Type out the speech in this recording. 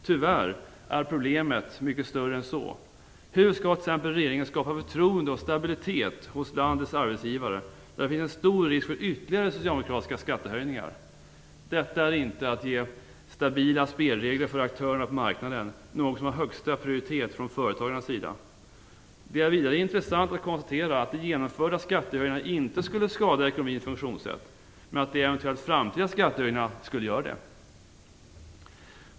Tyvärr är problemet mycket större än så. Hur skall t.ex. regeringen skapa förtroende och stabilitet hos landets arbetsgivare när det finns en stor risk för ytterligare socialdemokratiska skattehöjningar? Detta är inte att ge stabila spelregler för aktörerna på marknaden, något som har högsta prioritet från företagarnas sida. Det är vidare intressant att konstatera att de genomförda skattehöjningarna inte skulle skada ekonomins funktionssätt, men att de eventuellt framtida skattehöjningarna skulle göra det.